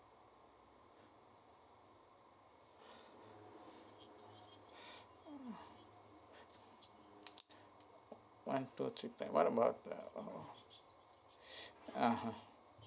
one two three plan what about uh ah ha